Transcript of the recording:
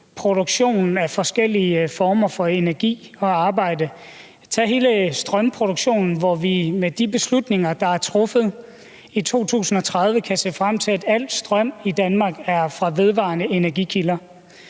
produktionen af forskellige former for energi og transportarbejde. Tag hele strømproduktionen, hvor vi med de beslutninger, der er truffet, i 2030 kan se frem til, at al strøm i Danmark er fra vedvarende energikilder.